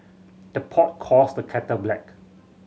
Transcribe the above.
the pot calls the kettle black